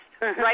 Right